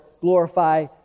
glorify